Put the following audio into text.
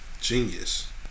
Genius